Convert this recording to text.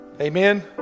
Amen